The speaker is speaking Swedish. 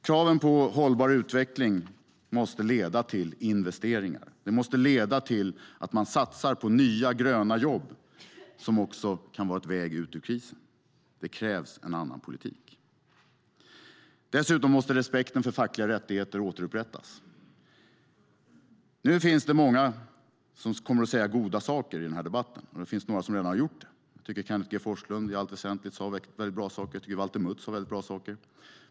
Kraven på hållbar utveckling måste leda till investeringar, måste leda till att man satsar på nya, gröna jobb som också kan vara en väg ut ur krisen. Det krävs en annan politik. Dessutom måste respekten för fackliga rättigheter återupprättas. Det finns många som kommer att säga goda saker i debatten, och det finns några som redan har gjort det. Jag tycker att Kenneth G Forslund i allt väsentligt sade bra saker, och jag tycker att Valter Mutt sade bra saker.